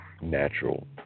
natural